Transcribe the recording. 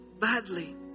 badly